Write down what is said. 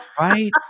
Right